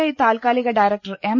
I താൽകാലിക director M